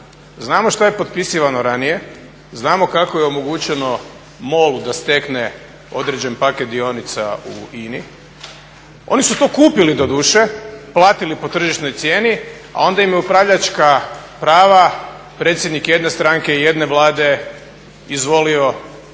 znamo šta je potpisivano ranije, znamo kako je omogućeno MOL-u da stekne određeni paket dionica u INA-i. Oni su to kupili doduše, platili po tržišnoj cijeni a onda im je upravljačka prava, predsjednik jedne stranke i jedne vlade izvolio